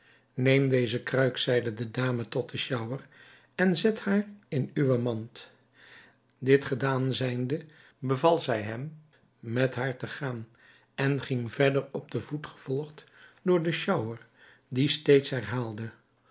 neem deze kruik zeide de dame tot den sjouwer en zet haar in uwe mand dit gedaan zijnde beval zij hem met haar te gaan en ging verder op den voet gevolgd door den sjouwer die steeds herhaalde